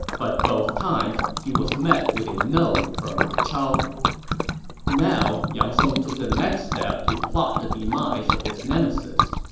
but both times, he was met with a no from ma chao now, yang song took the next step to plot the demise of his nemesis.